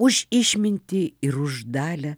už išmintį ir už dalią